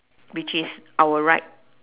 which is our right